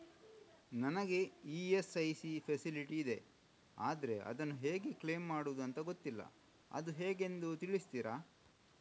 ನನಗೆ ESIC facility ಇದೆ ಆದ್ರೆ ಅದನ್ನು ಹೇಗೆ ಕ್ಲೇಮ್ ಮಾಡೋದು ಅಂತ ಗೊತ್ತಿಲ್ಲ ಅದು ಹೇಗೆಂದು ತಿಳಿಸ್ತೀರಾ?